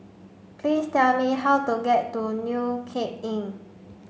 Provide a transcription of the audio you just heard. please tell me how to get to New Cape Inn